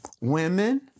Women